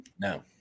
No